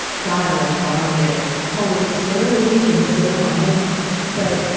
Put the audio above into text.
god, i love vonnegut always so witty and so wise but,